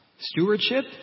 stewardship